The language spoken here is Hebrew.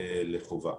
לחובה.